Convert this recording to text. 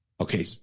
Okay